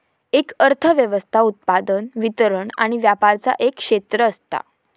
एक अर्थ व्यवस्था उत्पादन, वितरण आणि व्यापराचा एक क्षेत्र असता